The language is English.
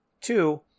Two